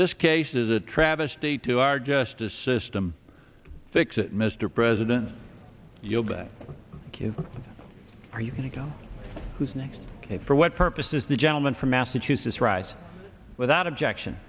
this case is a travesty to our justice system fix it mr president yoga q are you going to go who's next ok for what purposes the gentleman from massachusetts writes without objection